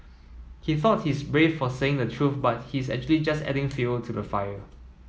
he thought he's brave for saying the truth but he's actually just adding fuel to the fire